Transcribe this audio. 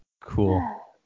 Cool